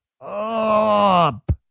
up